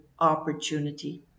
opportunity